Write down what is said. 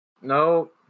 No